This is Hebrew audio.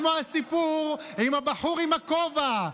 הרי אתם כמו הסיפור של הבחור עם הכובע.